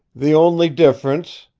the only difference,